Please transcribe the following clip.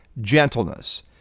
gentleness